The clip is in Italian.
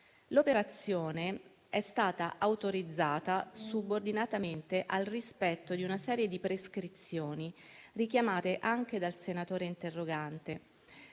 L'operazione è stata autorizzata subordinatamente al rispetto di una serie di prescrizioni richiamate anche dal senatore interrogante,